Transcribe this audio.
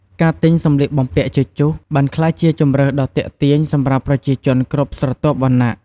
ការទិញសម្លៀកបំពាក់ជជុះបានក្លាយជាជម្រើសដ៏ទាក់ទាញសម្រាប់ប្រជាជនគ្រប់ស្រទាប់វណ្ណៈ។